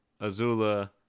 Azula